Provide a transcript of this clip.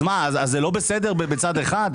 אז מה, זה לא בסדר בצד אחד?